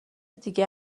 دیگه